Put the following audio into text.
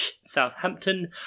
Southampton